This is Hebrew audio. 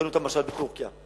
ראינו את המשט בטורקיה.